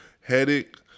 headache